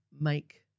make